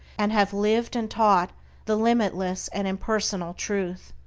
and have lived and taught the limitless and impersonal truth.